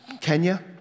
Kenya